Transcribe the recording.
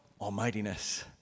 almightiness